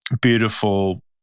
beautiful